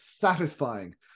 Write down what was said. satisfying